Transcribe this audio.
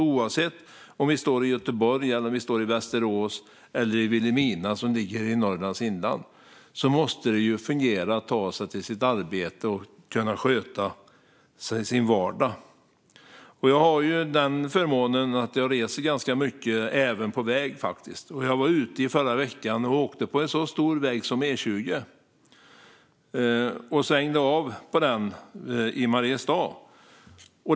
Oavsett om man bor i Göteborg, i Västerås eller i Vilhelmina, som ligger i Norrlands inland, måste det ju fungera att ta sig till sitt arbete och sköta sin vardag. Jag har förmånen att få resa ganska mycket, även på väg faktiskt. Förra veckan var jag ute och åkte på en så stor väg som E20. Jag svängde av från den i Mariestad.